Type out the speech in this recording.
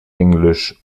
englisch